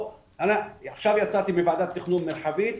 עכשיו יצאתי מוועדת תכנון מרחבית,